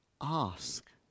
ask